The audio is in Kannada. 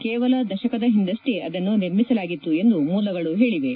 ಕೇವಲ ದಶಕದ ಹಿಂದಷ್ಲೇ ಅದನ್ನು ನಿರ್ಮಿಸಲಾಗಿತ್ತು ಎಂದು ಮೂಲಗಳು ಹೇಳಿವೆ